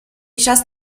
just